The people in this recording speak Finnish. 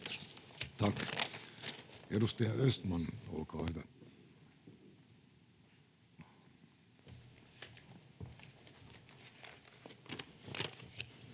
Edustaja Östman, olkaa hyvä.